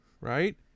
right